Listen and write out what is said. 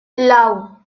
lau